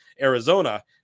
Arizona